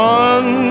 one